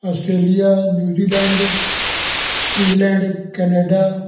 Australia New Zealand England Canada